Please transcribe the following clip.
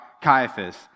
Caiaphas